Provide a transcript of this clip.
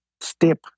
step